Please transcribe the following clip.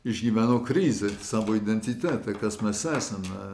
išgyveno krizę savo identiteta kas mes esame